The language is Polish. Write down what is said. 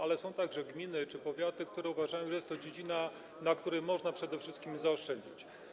Ale są także gminy czy powiaty, które uważają, że jest to dziedzina, na której można przede wszystkim zaoszczędzić.